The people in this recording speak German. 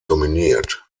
dominiert